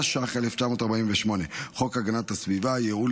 התש"ח 1948. חוק הגנת הסביבה (ייעול